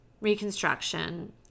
reconstruction